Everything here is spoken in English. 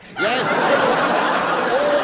Yes